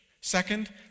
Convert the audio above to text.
Second